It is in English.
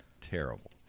Terrible